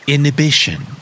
Inhibition